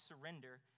surrender